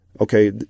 okay